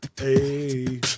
Hey